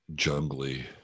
jungly